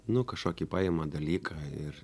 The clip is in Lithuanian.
nu kašokį paima dalyką ir